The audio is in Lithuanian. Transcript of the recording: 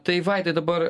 tai vaidai dabar